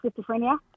schizophrenia